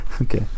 Okay